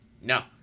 No